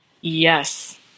Yes